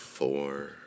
four